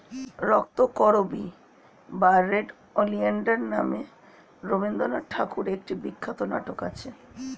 রক্তকরবী বা red oleander নামে রবিন্দ্রনাথ ঠাকুরের একটি বিখ্যাত নাটক আছে